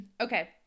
Okay